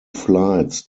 flights